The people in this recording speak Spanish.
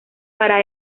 para